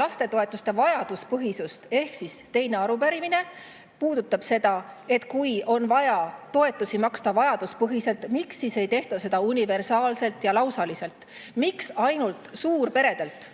lastetoetuste vajaduspõhisust. Ehk siis teine arupärimine puudutab seda, et kui on vaja toetusi maksta vajaduspõhiselt, miks siis ei tehta seda [muudatust] universaalselt ja lausaliselt. Miks ainult suurperedelt